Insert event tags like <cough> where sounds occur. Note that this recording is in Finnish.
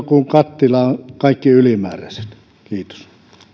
<unintelligible> kuin kattilaan kaikki ylimääräiset kiitos